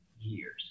years